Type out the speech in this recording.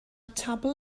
tabl